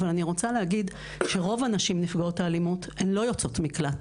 אבל אני רוצה להגיד שרוב הנשים נפגעות האלימות הן לא יוצאות מקלט.